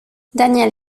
daniel